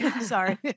Sorry